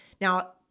Now